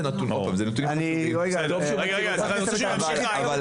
הוא אחד מבין ה-20 אלף.